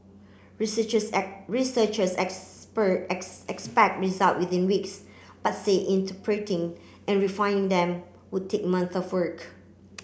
researchers researchers expect results within weeks but say interpreting and refining them would take months of work